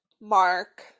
Mark